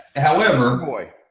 however boy.